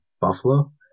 buffalo